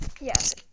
yes